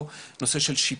או נושא של שיפוט,